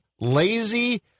lazy